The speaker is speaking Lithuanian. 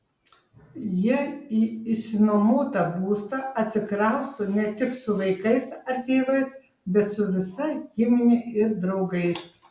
jie į išsinuomotą būstą atsikrausto ne tik su vaikais ar tėvais bet su visa gimine ir draugais